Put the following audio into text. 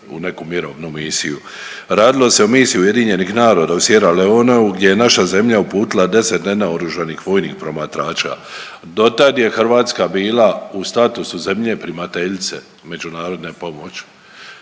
u neku mirovinu misiju. Radilo se o Misiji UN-a u „SIERRA LEONE“-u gdje je naša zemlja uputila 10 nenaoružanih vojnih promatrača, dotad je Hrvatska bila u statusu zemlje primateljice međunarodne pomoć,